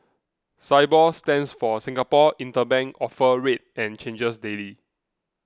Sibor stands for Singapore Interbank Offer Rate and changes daily